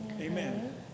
amen